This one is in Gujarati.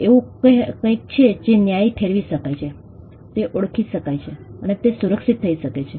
તે એવું કંઈક છે જે ન્યાયી ઠેરવી શકાય છે તે ઓળખી શકાય છે અને તે સુરક્ષિત થઈ શકે છે